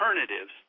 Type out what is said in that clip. alternatives